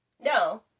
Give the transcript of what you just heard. No